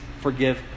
forgive